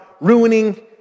ruining